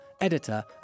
editor